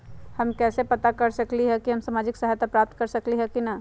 हम कैसे पता कर सकली ह की हम सामाजिक सहायता प्राप्त कर सकली ह की न?